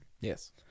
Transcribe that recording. Yes